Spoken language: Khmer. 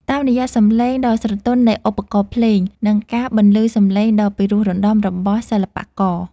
តាមរយៈសម្លេងដ៏ស្រទន់នៃឧបករណ៍ភ្លេង និងការបន្លឺសម្លេងដ៏ពិរោះរណ្តំរបស់សិល្បករ